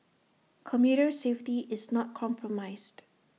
commuter safety is not compromised